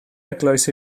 eglwys